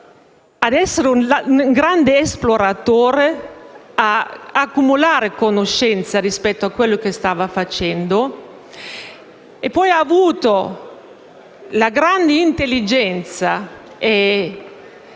di essere un grande esploratore, accumulare conoscenza rispetto a quanto stava facendo e la grande intelligenza e